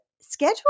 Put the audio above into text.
schedule